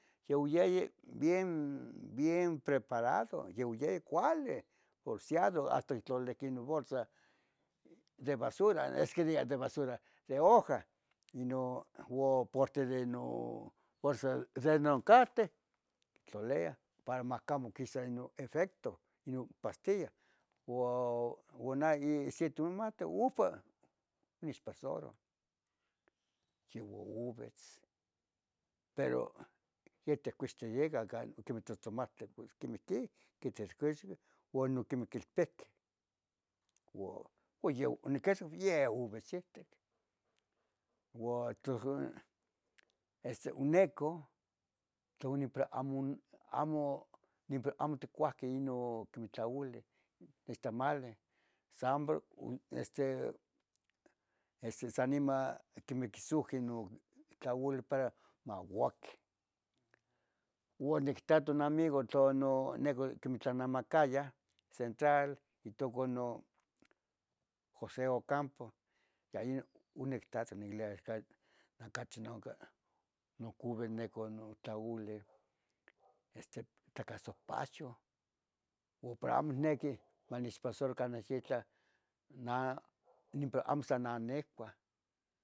youyayi por bulto bien, bien preparado, youyayi bien preparado bolsiado, hasta oquitlolilihqueh no bolsa de basura, esque diga de basura, de hoja inon oporte de no borsa de non carte tloliah para mahcamo quisa inon efecto, inon pastilla, uan nah si tunahti upo onichpasoroh iva ovitz. Pero, yeteh uixti yica canon tsotsomahtle pos quimihti quitzirgisqueh uan oquimiquelpehqueh, uan yen oniquitac, yeh ovitzihtih, uan tos oencou tlauli pero amo aticuacueh inon quimeh tlaoli nixtamali san por este, este san niman quimeh quisuhqueh non tlauli para mauaqui. Uan nictato namigo tlon neco quemih tlanamacayah central, ituco no Jose Ocampo. Ya yonictato niquilia axan nacacge nunque nocuvi neco notlauli este, tlaca sopahyo uh pero amo nihyequi manechpasaro canah yitlah nah nimpa amo san nanicuah